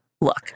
Look